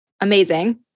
amazing